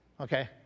Okay